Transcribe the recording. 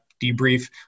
debrief